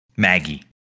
Maggie